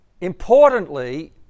Importantly